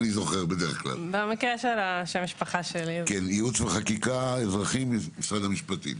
מאגף ייעוץ וחקיקה אזרחי, משרד המשפטים.